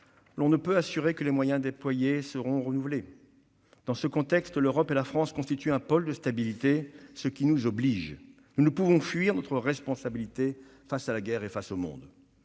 l'on ne peut assurer que les moyens déployés seront renouvelés. Dans ce contexte, l'Europe et la France constituent un pôle de stabilité, ce qui nous oblige. Nous ne pouvons fuir notre responsabilité face à la guerre et face au monde.